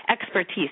expertise